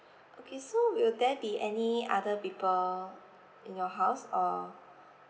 okay so will there be any other people in your house err